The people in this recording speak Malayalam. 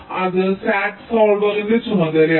അത് SAT സോൾവറിന്റെ ചുമതലയാണ്